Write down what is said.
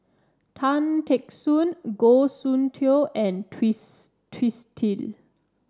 Tan Teck Soon Goh Soon Tioe and Twiss Twisstii